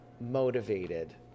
motivated